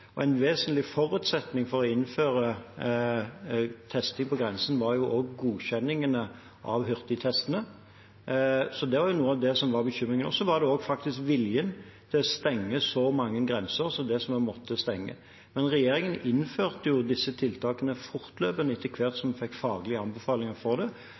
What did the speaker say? av hurtigtestene. Det var noe av det som var bekymringen. Det var også faktisk viljen til å stenge så mange grenser som det som vi måtte stenge. Men regjeringen innførte jo disse tiltakene fortløpende etter hvert som vi fikk faglige anbefalinger om det.